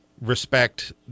respect